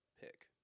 pick